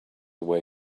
away